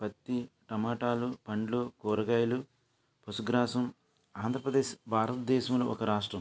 పత్తి టొమాటోలు పండ్లు కూరగాయలు పశుగ్రాసం ఆంధ్రప్రదేశ్ భారతదేశంలో ఒక రాష్ట్రం